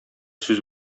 сүз